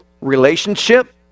relationship